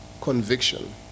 conviction